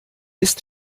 ist